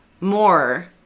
more